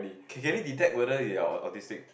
can he detect whether you're autistic